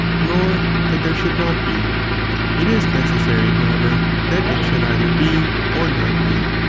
nor that there should not be it is necessary, however, that it should either be or not be.